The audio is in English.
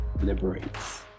liberates